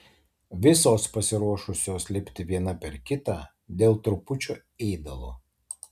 visos pasiruošusios lipti viena per kitą dėl trupučio ėdalo